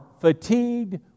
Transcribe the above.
fatigued